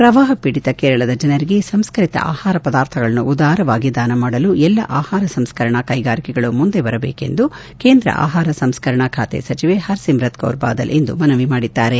ಪ್ರವಾಹ ಪೀಡಿತ ಕೇರಳದ ಜನರಿಗೆ ಸಂಸ್ಕರಿತ ಆಹಾರ ಪದಾರ್ಥಗಳನ್ನು ಉದಾರವಾಗಿ ದಾನಮಾಡಲು ಎಲ್ಲಾ ಆಹಾರ ಸಂಸ್ಕರಣಾ ಕ್ಷೆಗಾರಿಕೆಗಳು ಮುಂದೆ ಬರಬೇಕು ಎಂದು ಕೇಂದ್ರ ಆಹಾರ ಸಂಸ್ಕರಣಾ ಖಾತೆ ಸಚಿವೆ ಹರ್ ಸಿವುತ್ ಕೌರ್ ಬಾದಲ್ ಇಂದು ಮನವಿ ಮಾಡಿದ್ದಾರೆ